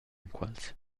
quels